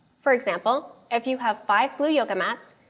for example, if you have five blue yoga mats,